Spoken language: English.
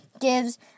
gives